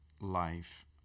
life